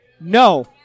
No